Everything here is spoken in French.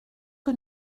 que